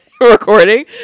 recording